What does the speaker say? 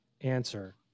answer